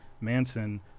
Manson